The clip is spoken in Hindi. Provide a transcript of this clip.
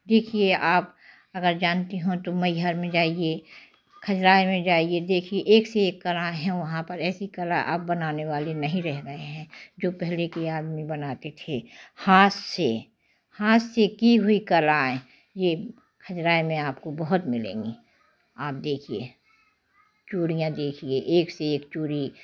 देखिए आप अगर जानती हों तो मैहर में जाइए खजुराहो में जाइए देखिए एक से एक कला हैं वहाँ पर ऐसी कला अब बनाने वाली नहीं रह गए हैं जो पहले के आदमी बनाते थे हाथ से हाथ से की हुई कलाएँ ये खजुराहो में आपको बहुत मिलेंगी आप देखिए चूड़ियाँ देखिए एक से एक चूड़ी